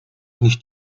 nicht